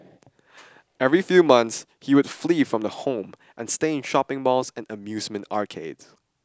every few months he would flee from the home and stay in shopping malls and amusement arcades